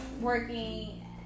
working